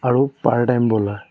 আৰু part time bowler